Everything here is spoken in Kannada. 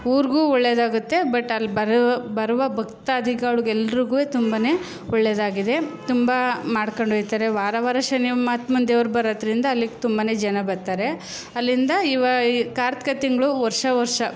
ಊರಿಗೂ ಒಳ್ಳೆಯದಾಗುತ್ತೆ ಬಟ್ ಅಲ್ಲಿ ಬರೋ ಬರುವ ಭಕ್ತಾದಿಗಳ್ಗೆ ಎಲ್ಲರಿಗೂ ತುಂಬನೇ ಒಳ್ಳೆಯದಾಗಿದೆ ತುಂಬ ಮಾಡ್ಕೊಂಡು ಹೋಗ್ತಾರೆ ವಾರ ವಾರ ಶನಿಮಾಹಾತ್ಮನ ದೇವರು ಬರೋದ್ರಿಂದ ಅಲ್ಲಿಗ್ಗೆ ತುಂಬನೇ ಜನ ಬರ್ತಾರೆ ಅಲ್ಲಿಂದ ಈ ವಾ ಈ ಕಾರ್ತಿಕದ ತಿಂಗಳು ವರ್ಷ ವರ್ಷ